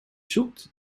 zoekt